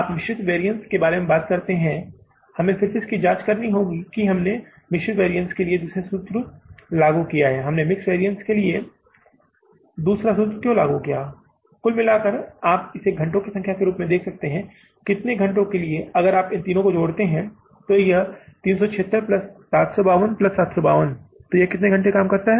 आप मिश्रित वैरिअन्स के बारे में बात करते हैं हमें फिर से इसकी जाँच करनी है कि हमने मिश्रित वैरिअन्स के लिए दूसरा सूत्र लागू किया है और मैंने मिक्स वैरिअन्स के लिए दूसरा सूत्र क्यों लागू किया है कुल मिलाकर आप इसे घंटों की संख्या के रूप में कह सकते हैं कितने कुल घंटों के लिए अगर आप इन तीनों को जोड़ते हैं जो कि 376 प्लस 752 प्लस 752 है तो यह कितना काम करता है